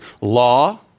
Law